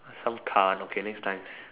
some car okay next time